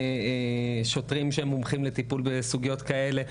שוטרים שמומחים לטיפול בסוגיות כאלה,